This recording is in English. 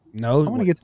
No